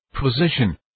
position